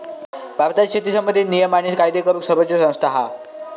भारतात शेती संबंधित नियम आणि कायदे करूक सर्वोच्च संस्था हा